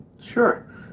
Sure